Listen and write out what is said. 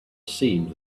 seemed